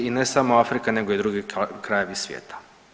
I ne samo Afrika nego i drugi krajevi svijeta.